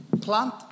plant